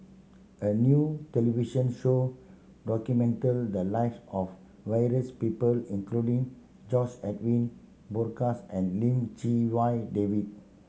a new television show documented the lives of various people including George Edwin Bogaars and Lim Chee Wai David